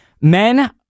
Men